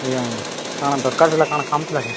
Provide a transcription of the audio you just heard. ଆଜ୍ଞା ଆଜ୍ଞା କ'ଣ ଦରକାର ଥିଲା କ'ଣ କାମ ଥିଲା କି